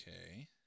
Okay